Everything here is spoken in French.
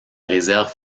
réserve